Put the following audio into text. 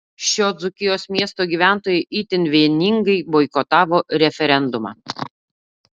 šio dzūkijos miesto gyventojai itin vieningai boikotavo referendumą